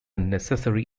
necessary